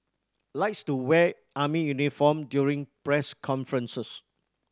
likes to wear army uniform during press conferences